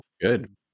good